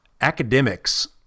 academics